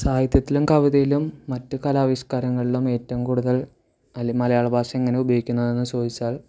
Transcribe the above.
സാഹിത്യത്തിലും കവിതയിലും മറ്റു കലാവിഷ്കാരങ്ങളിലും ഏറ്റവും കൂടുതൽ അതിൽ മലയാള ഭാഷ എങ്ങനെ ഉപയോഗിക്കുന്നതെന്ന് ചോദിച്ചാൽ